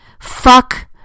Fuck